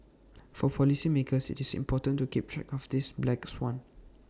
for policymakers IT is important to keep track of this black swan